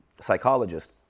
psychologist